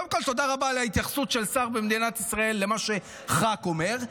קודם כול תודה רבה על ההתייחסות של שר במדינת ישראל למה שח"כ אומר.